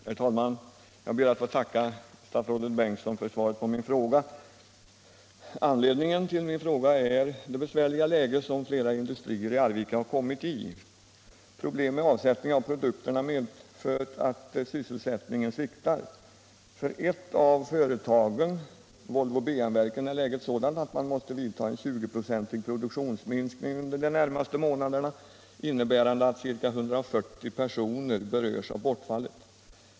Herr talman! Jag ber att få tacka statsrådet Bengtsson för svaret på min fråga. Anledningen till frågan är det besvärliga läge som flera industrier i Arvika har kommit i. Problem med avsättningen av produkterna medför att sysselsättningen sviktar. För ett av företagen, Volvo-BM-verken, är läget sådant att man måste vidta en 20-procentig produktionsminskning under de närmaste månaderna, innebärande att ca 140 personer berörs av bortfallet.